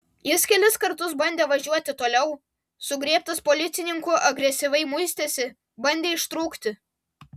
jis kelis kartus bandė važiuoti toliau sugriebtas policininkų agresyviai muistėsi bandė ištrūkti